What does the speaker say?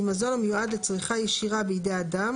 עם מזון המיועד לצריכה ישירה בידי אדם